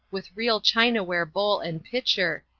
with real china-ware bowl and pitcher,